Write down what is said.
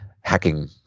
hacking